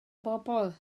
bobol